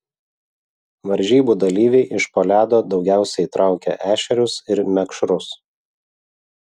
varžybų dalyviai iš po ledo daugiausiai traukė ešerius ir mekšrus